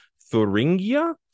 Thuringia